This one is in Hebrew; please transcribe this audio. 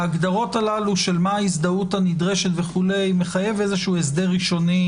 ההגדרות שלנו של מה ההזדהות הנדרשת וכו' מחייב הסדר ראשוני